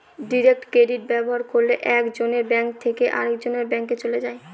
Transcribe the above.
direct credit ব্যবহার করলে এক জনের ব্যাঙ্ক থেকে আরেকজনের ব্যাঙ্কে চলে যায়